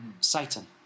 Satan